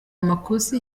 amakosa